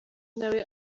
nawe